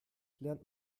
lernt